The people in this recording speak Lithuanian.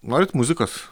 norite muzikos